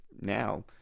now